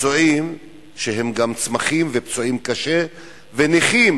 פצועים שהם גם צמחים ופצועים קשה ונכים,